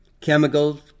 Chemicals